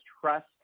trust